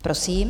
Prosím.